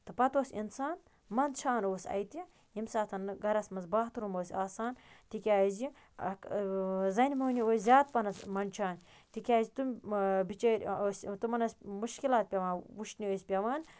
تہٕ پَتہٕ اوس اِنسان منٛدچھان اوس اَتہِ ییٚمہِ ساتہٕ نہٕ گَرَس منٛز باتھروٗم ٲسۍ آسان تِکیٛازِ اَکھ زَنہِ موٚہنِو ٲسۍ زیادٕ پَہنَس مںٛدچھان تِکیٛازِ تِم بِچٲرۍ ٲسۍ تِمَن ٲسۍ مُشکلات پٮ۪وان وُچھنہِ ٲسۍ پٮ۪وان